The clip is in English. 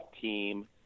team